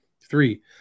Three